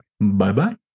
Bye-bye